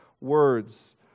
words